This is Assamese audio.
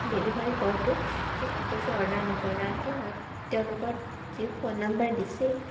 ডেলিভাৰী বয়টোৱে সেই কাপোৰযোৰ অৰ্ডাৰ নকৰিলে আনকি মই তেওঁলোকৰ যি ফোন নম্বৰ দিছিল